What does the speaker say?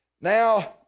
Now